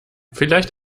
vielleicht